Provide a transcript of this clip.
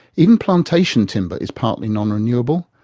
even plantation timber is partly non-renewable,